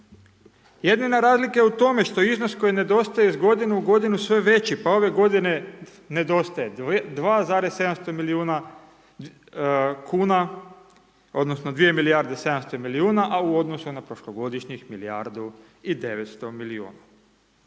Jedina razlika je u tome što iznos koji nedostaje iz godine u godinu, sve veći, pa ove godine nedostaje 2,700 milijuna kuna, odnosno 2 milijarde 700 milijuna, a u odnosu na prošlogodišnjih, milijardu i 900 milijuna.